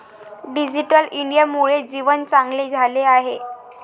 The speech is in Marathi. डिजिटल इंडियामुळे जीवन चांगले झाले आहे